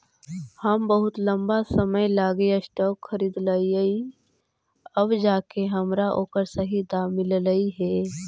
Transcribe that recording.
हम बहुत लंबा समय लागी स्टॉक खरीदलिअइ अब जाके हमरा ओकर सही दाम मिललई हे